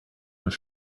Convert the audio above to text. was